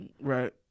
Right